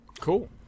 Cool